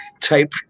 type